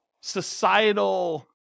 societal